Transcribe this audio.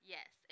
Yes